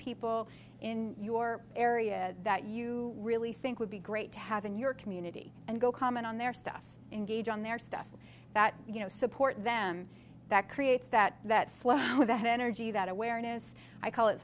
people in your area that you really think would be great to have in your community and go comment on their stuff engage on their stuff that you know support them that creates that that flow with that energy that awareness i call it